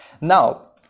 Now